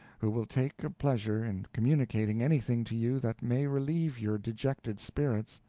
who will take a pleasure in communicating anything to you that may relieve your dejected spirits,